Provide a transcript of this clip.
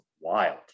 wild